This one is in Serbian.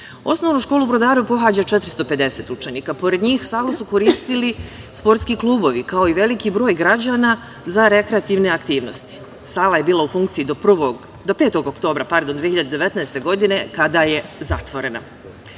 rad. Osnovnu školu u Brodarevu pohađa 450 učenika. Pored njih salu su koristili sportski klubovi, kao i veliki broj građana za rekreativne aktivnosti. Sala je bila u funkciji do 5. oktobra 2019. godine kada je zatvorena. Ono